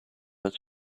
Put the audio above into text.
but